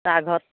কাৰ ঘৰত